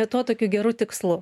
be to tokiu geru tikslu